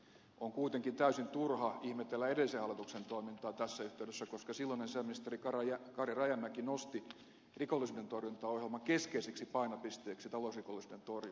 on kuitenkin täysin turha ihmetellä edellisen hallituksen toimintaa tässä yhteydessä koska silloinen sisäministeri kari rajamäki nosti rikollisuudentorjuntaohjelman keskeiseksi painopisteeksi talousrikollisuuden torjunnan